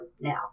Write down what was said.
now